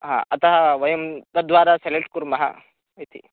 हा अतः वयं तद्वारा सेलेक्ट् कुर्मः इति